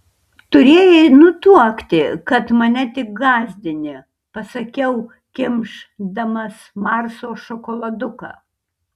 turėjai nutuokti kad mane tik gąsdini pasakiau kimš damas marso šokoladuką